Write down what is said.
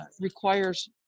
requires